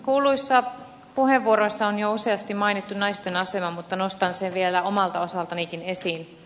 kuulluissa puheenvuoroissa on jo useasti mainittu naisten asema mutta nostan sen vielä omalta osaltanikin esiin